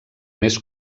més